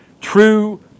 true